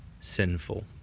sinful